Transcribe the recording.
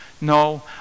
No